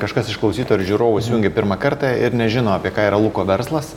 kažkas iš klausytojų ar žiūrovų įsijungė pirmą kartą ir nežino apie ką yra luko verslas